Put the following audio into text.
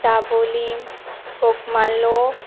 Dabolim Bogmalo